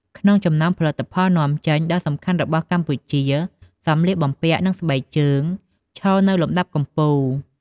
ក្នុងចំណោមផលិតផលនាំចេញដ៏សំខាន់របស់កម្ពុជា សម្លៀកបំពាក់ និងស្បែកជើង ឈរនៅលំដាប់កំពូល។